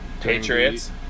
Patriots